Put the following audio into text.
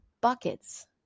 buckets